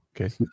okay